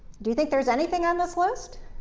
do you think there's anything on this list?